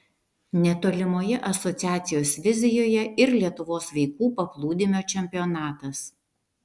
netolimoje asociacijos vizijoje ir lietuvos vaikų paplūdimio čempionatas